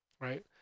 Right